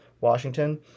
Washington